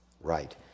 right